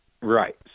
right